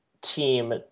team